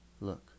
Look